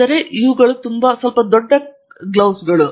ಇದು ನಿಮಗೆ ತೋರಿಸಬೇಕಾದ ಮತ್ತೊಂದು ಜೋಡಿ ಕೈಗವಸುಗಳು